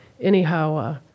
Anyhow